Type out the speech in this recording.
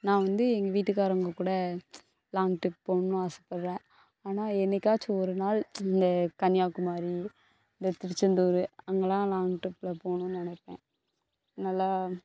நான் வந்து எங்கள் வீட்டுக்காரங்கக்கூட லாங் ட்ரிப் போகணுன்னு ஆசைப்பட்றேன் ஆனால் என்னைக்காச்சும் ஒரு நாள் இந்த கன்னியாகுமாரி இந்த திருச்செந்தூர் அங்கெல்லாம் லாங் ட்ரிப்ல போகணுன்னு நினைப்பேன் நல்லா